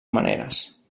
maneres